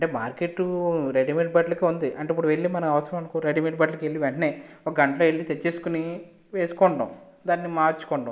అంటే market readymade బట్టలకి ఉంది అంటే ఇప్పుడు వెళ్ళి మనం అవసరం అనుకో రెడీమేడ్ బట్టలకు వెంటనే ఒక గంటలో వెళ్ళి తెచ్చేసుకుని వేసుకుంటాం దాన్ని మార్చుకుంటాం